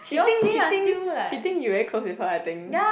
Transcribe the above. she think she think she think you very close with her I think